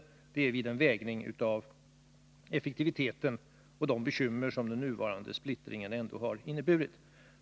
Det har vi gjort vid en vägning mellan effektiviteten och de bekymmer som den nuvarande splittringen ändå har inneburit.